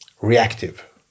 reactive